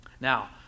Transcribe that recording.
Now